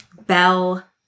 bell